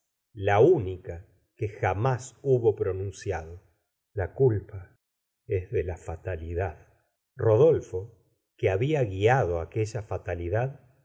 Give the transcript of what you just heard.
la única quejam á s hubo pronunciado la culpa es de la fa talidad rodolfo que babia guiado aquella fatalidad